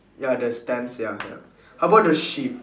ya the stands ya ya how about the sheep